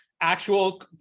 actual